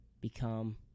become